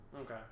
Okay